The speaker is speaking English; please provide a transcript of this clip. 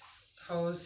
mm